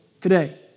today